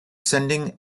sending